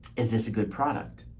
is this a good product?